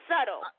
subtle